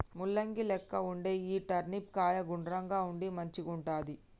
ముల్లంగి లెక్క వుండే ఈ టర్నిప్ కాయ గుండ్రంగా ఉండి మంచిగుంటది